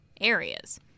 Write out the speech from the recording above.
areas